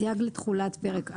סייג לתחולת פרק א'